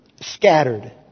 scattered